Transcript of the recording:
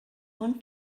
und